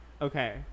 Okay